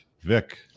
Vic